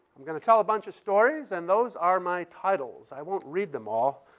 i'm gonna tell a bunch of stories, and those are my titles. i won't read them all.